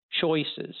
choices